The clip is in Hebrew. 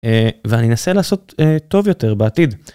ואני אנסה לעשות טוב יותר בעתיד.